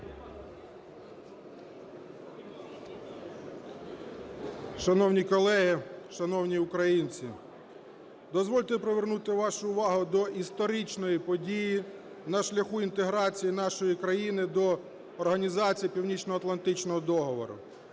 Шановні колеги! Шановні українці! Дозвольте привернути вашу увагу до історичної події на шляху інтеграції нашої країни до Організації Північноатлантичного договору.